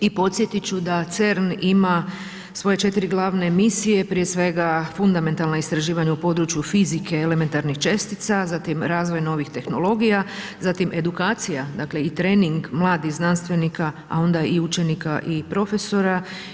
I podsjetiti ću da CERN ima svoje četiri glavne misije prije svega fundamentalna istraživanja u području fizike i elementarnih čestica, zatim razvoj novih tehnologija, zatim edukacija dakle i trening mladih znanstvenika a onda i učenika i profesora.